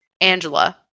angela